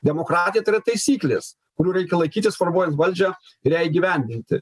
demokratija tai yra taisyklės kurių reikia laikytis formuojant valdžią ir ją įgyvendinti